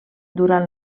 durant